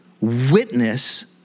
witness